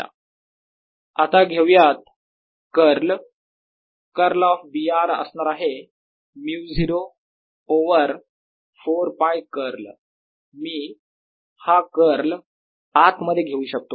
Br0I4πdl×r rr r304πjrr rr r3dV आता घेऊयात curl curl of B r असणार आहे μ0 ओवर 4π कर्ल मी हा कर्ल आत मधे घेऊ शकतो